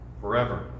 forever